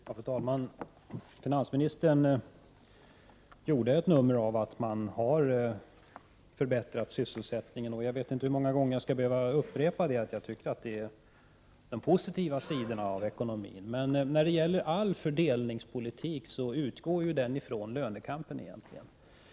Fru talman! Finansministern gjorde ett nummer av att man har förbättrat sysselsättningen, och jag vet inte hur många gånger jag skall behöva upprepa att jag tycker att det är den positiva sidan av ekonomin. Men all fördelningspolitik utgår egentligen från lönekampen.